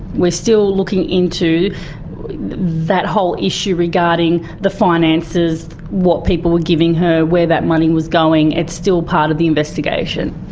we're still looking into that whole issue regarding the finances, what people were giving her, where that money was going. it's still part of the investigation.